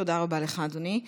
תודה רבה לך, אדוני.